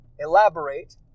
elaborate